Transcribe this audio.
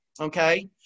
okay